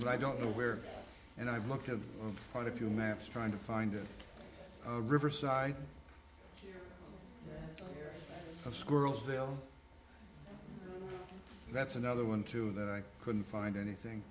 but i don't know where and i've looked at quite a few maps trying to find riverside squirrels well that's another one too that i couldn't find anything